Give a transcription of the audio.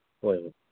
ꯍꯣꯏ ꯍꯣꯏ